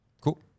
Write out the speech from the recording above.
cool